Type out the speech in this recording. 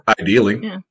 ideally